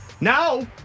Now